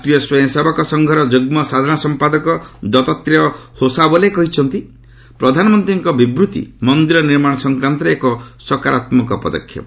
ରାଷ୍ଟ୍ରୀୟ ସ୍ପୟଂସେବକ ସଂଘର ଯୁଗ୍ମ ସାଧାରଣ ସମ୍ପାଦକ ଦତ୍ରେୟ ହୋସାବୋଲେ କହିଛନ୍ତି ପ୍ରଧାନମନ୍ତ୍ରୀଙ୍କ ବିବୃଭି ମନ୍ଦିର ନିର୍ମାଣ ସଂକ୍ରାନ୍ତରେ ଏକ ସକାରାତ୍ମକ ପଦକ୍ଷେପ